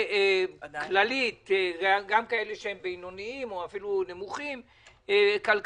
גם אלה שהם בינוניים או אפילו נמוכים כלכלית?